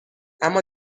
اما